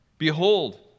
Behold